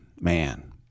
man